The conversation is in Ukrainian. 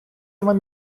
вам